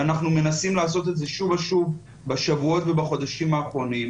ואנחנו מנסים לעשות את זה שוב ושוב בשבועות ובחודשים האחרונים,